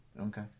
Okay